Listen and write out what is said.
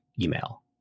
email